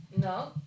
No